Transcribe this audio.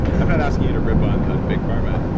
i'm not asking you to rip on on big pharma,